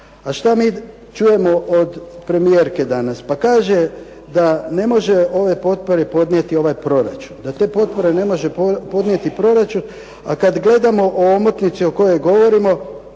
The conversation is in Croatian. A šta mi čujemo od premijerke danas? Pa kaže da ne može ove potpore podnijeti ovaj proračun, da te potpore ne može podnijeti proračun, a kad gledamo o omotnici o kojoj govorimo